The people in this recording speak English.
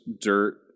dirt